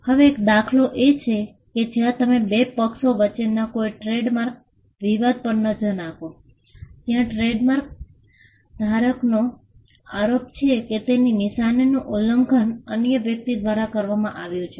હવે એક દાખલો એ છે કે જ્યાં તમે બે પક્ષો વચ્ચેના કોઈ ટ્રેડમાર્ક વિવાદ પર નજર નાખો ત્યાં ટ્રેડમાર્ક ધારકનો આરોપ છે કે તેની નિશાનીનું ઉલ્લંઘન અન્ય વ્યક્તિ દ્વારા કરવામાં આવ્યું છે